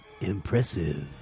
Impressive